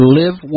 live